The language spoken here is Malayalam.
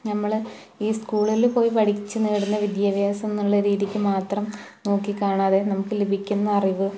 ഞമ്മൾ ഈ സ്കൂളിൽ പോയി പഠിച്ചു നേടുന്ന വിദ്യാഭ്യാസം എന്നുള്ള രീതിക്കു മാത്രം നോക്കി കാണാതെ നമുക്ക് ലഭിക്കുന്ന അറിവ്